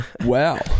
Wow